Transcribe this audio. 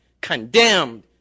condemned